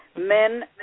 Men